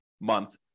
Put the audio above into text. month